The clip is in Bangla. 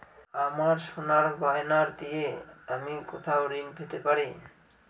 আমার সোনার গয়নার দিয়ে আমি কোথায় ঋণ পেতে পারি?